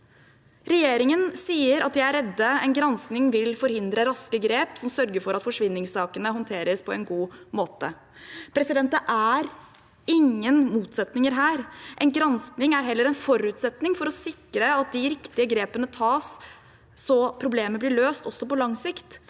Regjeringen sier de er redd en granskning vil forhindre raske grep som sørger for at forsvinningssakene håndteres på en god måte, men det er ingen motsetninger her. En granskning er heller en forutsetning for å sikre at de riktige grepene tas, så problemet blir løst også på lang sikt.